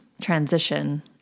transition